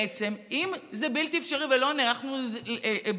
בעצם: אם זה בלתי אפשרי ולא נערכנו בזמן,